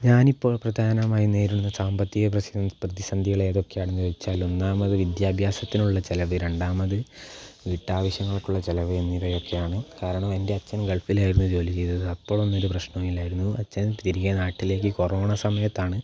ഞാനിപ്പോൾ പ്രധാനമായും നേരിടുന്ന സാമ്പത്തിക പ്രതിസന്ധികളേതൊക്കെയാണെന്ന് വച്ചാൽ ഒന്നാമത് വിദ്യാഭ്യാസത്തിനുള്ള ചിലവ് രണ്ടാമത് വീട്ടാവശ്യങ്ങൾക്കുള്ള ചിലവ് എന്നിവയൊക്കെയാണ് കാരണം എൻ്റെ അച്ഛൻ ഗൾഫിലായിരുന്നു ജോലി ചെയ്തത് അപ്പോഴൊന്നും ഒരു പ്രശ്നവും ഇല്ലായിരുന്നു അച്ഛൻ തിരികെ നാട്ടിലേക്ക് കൊറോണ സമയത്താണ്